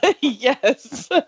Yes